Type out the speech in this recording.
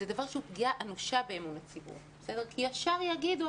זה דבר שהוא פגיעה אנושה באמון הציבור כי ישר יגידו,